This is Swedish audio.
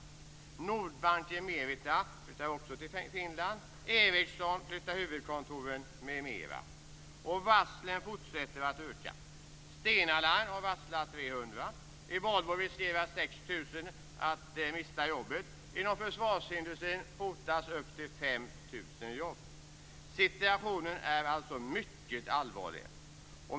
Merita-Nordbanken flyttar också till Finland. Ericsson flyttar huvudkontoret m.m. 300. I Volvo riskerar 6 000 att mista jobbet. Inom försvarsindustrin hotas upp till 5 000 jobb. Situationen är alltså mycket allvarlig.